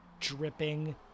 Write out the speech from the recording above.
dripping